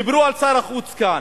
דיברו על שר החוץ כאן,